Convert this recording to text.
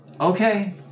Okay